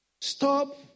stop